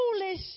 foolish